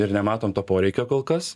ir nematom to poreikio kol kas